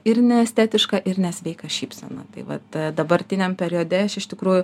ir neestetišką ir nesveiką šypseną tai vat dabartiniam periode aš iš tikrųjų